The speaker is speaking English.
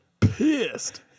pissed